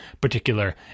particular